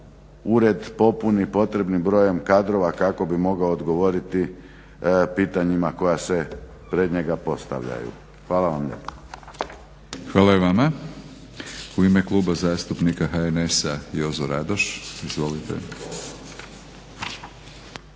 ured popuni potrebnim brojem kadrova kako bi mogao odgovoriti pitanjima koja se pred njega postavljaju. Hvala vam lijepo. **Batinić, Milorad (HNS)** Hvala i vama. U ime Kluba zastupnika HNS-a Jozo Radoš. Izvolite.